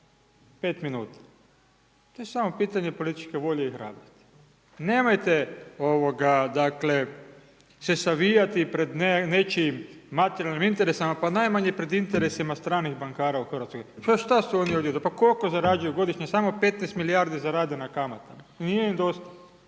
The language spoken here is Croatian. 5 minuta. To je samo pitanje političke volje i hrabrosti. Nemojte se savijati pred nečijim materijalnim interesima pa najmanje pred interesima stranih bankara u Hrvatskoj pa šta su oni ovdje pa koliko zarađuju godišnje? Samo 15 milijardi zarade na kamatama i nije im dosta,